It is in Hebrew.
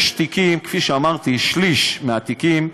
יש תיקים, כפי שאמרתי, שליש מהתיקים,